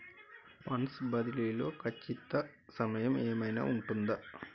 Funds బదిలీ లో ఖచ్చిత సమయం ఏమైనా ఉంటుందా?